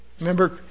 Remember